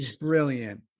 Brilliant